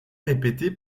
répété